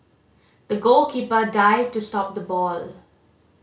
the goalkeeper dived to stop the ball